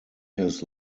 his